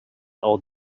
old